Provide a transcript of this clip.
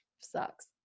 sucks